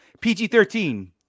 PG-13